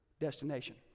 destination